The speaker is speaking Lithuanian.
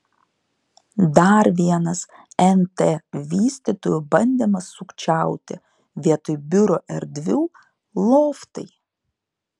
dar vienas nt vystytojų bandymas sukčiauti vietoj biuro erdvių loftai